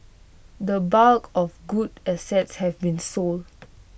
the bulk of good assets have been sold